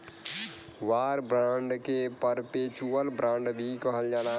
war bond के perpetual bond भी कहल जाला